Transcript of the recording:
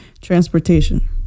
transportation